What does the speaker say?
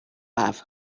pub